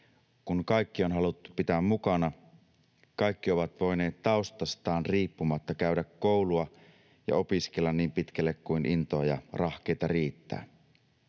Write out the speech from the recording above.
kun kaikki on haluttu pitää mukana, kaikki ovat voineet taustastaan riippumatta käydä koulua ja opiskella niin pitkälle kuin intoa ja rahkeita riittää.